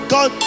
God